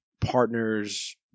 partners